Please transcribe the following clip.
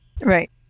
right